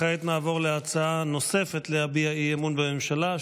כעת נעבור להצעה נוספת להביע אי-אמון בממשלה,